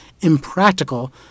impractical